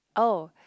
oh